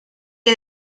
que